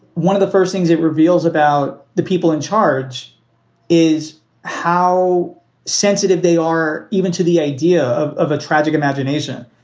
one of the first things it reveals about the people in charge is how sensitive they are even to the idea of of a tragic imagination.